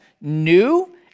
new